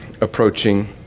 approaching